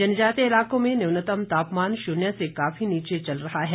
जनजातीय इलाकों में न्यूनतम तापमान शून्य से काफी नीचे चल रहा है